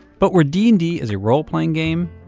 but where d and d is a role-playing game,